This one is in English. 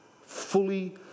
Fully